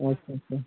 ᱟᱪᱪᱷᱟ ᱟᱪᱪᱷᱟ